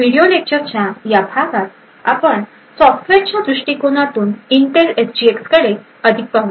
video लेक्चरच्या या भागात आपण सॉफ्टवेअरच्या दृष्टीकोनातून इंटेल एसजीएक्सकडे अधिक पाहू